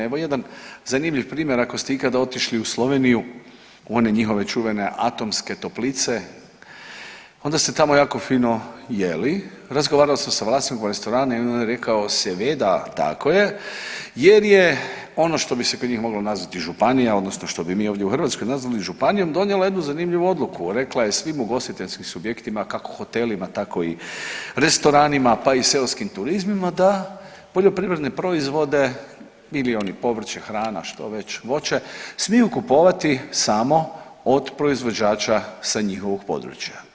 Evo jedan zanimljiv primjer, ako ste ikada otišli u Sloveniju u one njihove čuvene Atomske toplice onda ste tamo jako fino jeli, razgovarao sam sa vlasnikom restorana i onda je on rekao seveda, tako je jer je ono što bi se kod njih moglo nazvati županija odnosno što bi mi ovdje u Hrvatskoj nazvali županijom donijela jednu zanimljivu odluku, rekla je svim ugostiteljskim subjektima kako hotelima tako i restoranima, pa i seoskim turizmima da poljoprivredne proizvode bili oni povrće, hrana što već voće smiju kupovati samo od proizvođača sa njihovog područja.